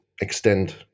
extend